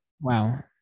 wow